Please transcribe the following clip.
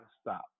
stop